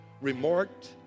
remarked